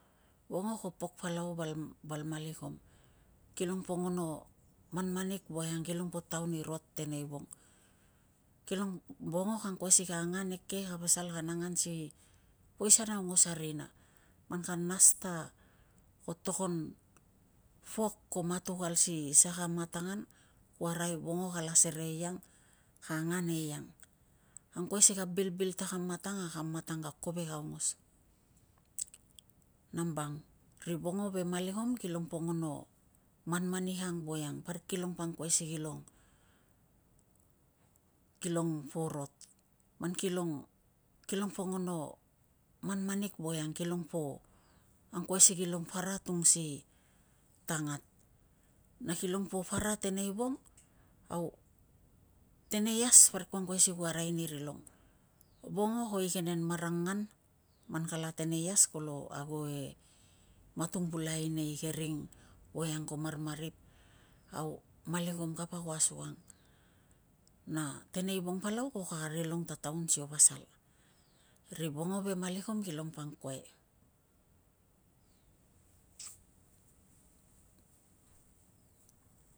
Vongo ko pok palau val malikom kilong po ngono manmanik voiang kilong po tava nirot teneivong. Vongo ka angkuai si ka pasal kan angan si mang ke rina ko ring vunga. Parik ka angkuai si ku arai ta vongo ka rot teneivong. Vongo ko pok palau val malikom. Kilong po ngono manmanik voiang kilong po tava ni rot tenei vong vongo ka angkuai si ka angan eke, ka pasal kan angan si poisan aungos a rina. Man ka nas ta ko togon pok ko matukal si saka matang an ku arai, vongo kala serei eiang, ka angan eiang. Ka angkuai si ka bil bil ta kam matang a ka kovek aungos. Nambang ri vongo ve malikom kilong po ngono manmanik ang voiang parik kilong po angkuai si kilong rot man kilong kilong po ngono manmanik voiang kilong po angkuai si kilong para tung si tangat. Na kilong para teneivong au na teneias parik kupa angkuai si ku arai nirilong. Vongo ko igenen marangan. Man kala teneias kolo ago i matung pulakai e nei ke ring voiang ko marmarip. Au malikom kapa ko asukang na teneivong palau ko kakarilong ta taun sio pasal. Ri vongo ve malikom kilong po angkuai.